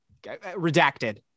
redacted